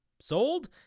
sold